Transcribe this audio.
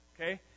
Okay